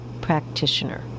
practitioner